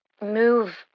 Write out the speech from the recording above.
move